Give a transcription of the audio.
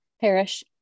parish